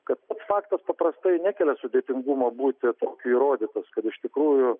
kad faktas paprastai nekelia nesudėtingumo būti įrodytas kad iš tikrųjų